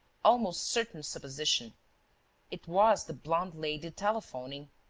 almost certain supposition it was the blonde lady telephoning.